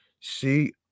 See